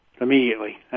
Immediately